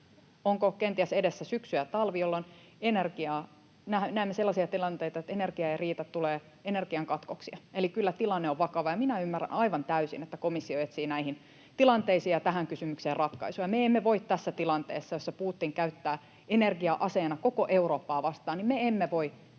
onko kenties edessä syksy ja talvi, jolloin näemme sellaisia tilanteita, että energia ei riitä ja tulee energian katkoksia. Eli kyllä tilanne on vakava, ja minä ymmärrän aivan täysin, että komissio etsii näihin tilanteisiin ja tähän kysymykseen ratkaisuja. Me emme voi tässä tilanteessa, jossa Putin käyttää energiaa aseena koko Eurooppaa vastaan, käpertyä